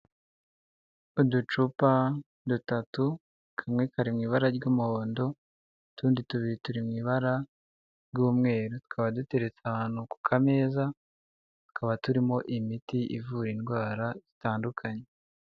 Uducupa dutatu, kamwe kari mu ibara ry'umuhondo, utundi tubiri turi mu ibara ry'umweru, tukaba dutereretse ahantu ku kameza, tukaba turimo imiti ivura indwara zitandukanye.